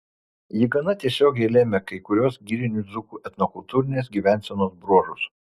ji gana tiesiogiai lėmė kai kuriuos girinių dzūkų etnokultūrinės gyvensenos bruožus